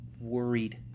worried